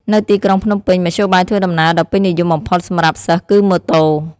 នៅទីក្រុងភ្នំពេញ មធ្យោបាយធ្វើដំណើរដ៏ពេញនិយមបំផុតសម្រាប់សិស្សគឺម៉ូតូ។